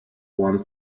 one